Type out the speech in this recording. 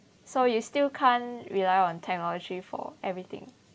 so you still can't rely on technology for everything